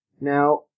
Now